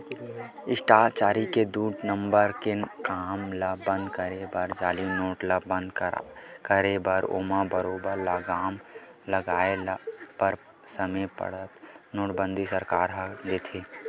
भस्टाचारी के दू नंबर के काम ल बंद करे बर जाली नोट ल बंद करे बर ओमा बरोबर लगाम लगाय बर समे पड़त नोटबंदी सरकार ह कर देथे